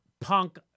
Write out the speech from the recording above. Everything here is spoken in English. Punk